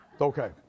Okay